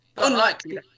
unlikely